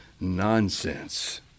nonsense